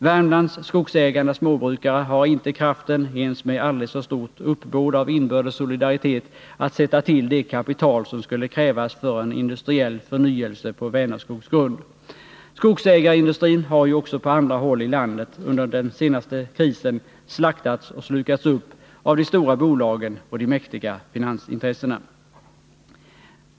Värmlands skogsägande småbrukare har inte kraften — ens med aldrig så stort uppbåd av inbördes solidaritet — att sätta till det kapital som skulle krävas för en industriell förnyelse på Vänerskogs grund. Skogsägarindustrin har ju också på andra håll i landet under den senaste krisen slaktats och slukats upp av de stora bolagen och de mäktiga finansintressena.